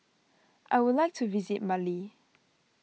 I would like to visit Mali